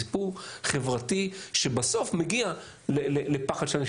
זה סיפור חברתי שבסוף מגיע לפחד של אנשים